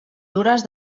dures